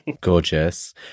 Gorgeous